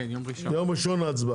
ביום ראשון ההצבעה.